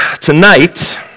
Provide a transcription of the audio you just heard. tonight